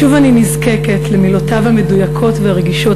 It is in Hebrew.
שוב אני נזקקת למילותיו המדויקות והרגישות